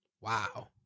Wow